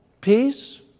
peace